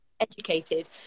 educated